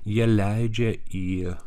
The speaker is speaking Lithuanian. jie leidžia į